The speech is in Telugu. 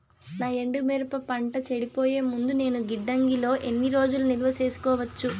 నా ఎండు మిరప పంట చెడిపోయే ముందు నేను గిడ్డంగి లో ఎన్ని రోజులు నిలువ సేసుకోవచ్చు?